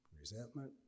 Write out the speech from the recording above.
resentment